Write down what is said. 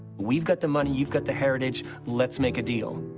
we've got the money. you've got the heritage. let's make a deal.